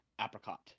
apricot